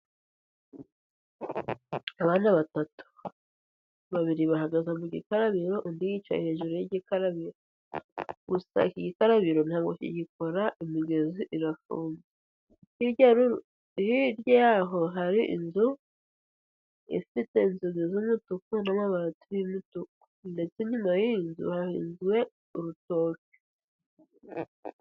Abana batatu, babiri bahagaze ku gikarabiro undi yicaye hejuru y'igikarabiro. Gusa iki gikarabiro ntabwo kigikora imigezi irafunze. Hirya yaho hari inzu ifite inzugi z'umutu n'amabati y'umutuku, ndetse inyuma y'iyi nzu hahinzwe urutoki.